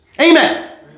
Amen